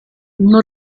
non